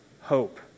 hope